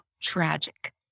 tragic